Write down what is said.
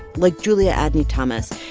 like julia adeney thomas,